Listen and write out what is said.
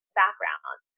background